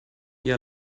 ihr